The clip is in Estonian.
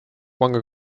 panga